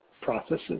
processes